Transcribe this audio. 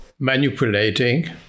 manipulating